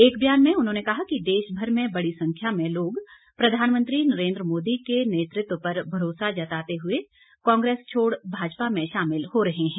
एक बयान में उन्होंने कहा कि देशभर में बड़ी संख्या में लोग प्रधानमंत्री नरेन्द्र मोदी के नेतृत्व पर भरोसा जताते हुए कांग्रेस छोड़ भाजपा में शामिल हो रहे हैं